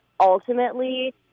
ultimately